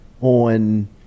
on